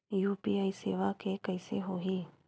UPI सेवा के कइसे होही?